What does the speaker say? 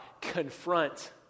confront